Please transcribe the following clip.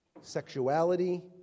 sexuality